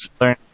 learn